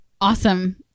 Awesome